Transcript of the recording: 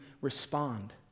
respond